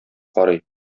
карый